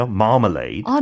marmalade